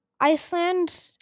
Iceland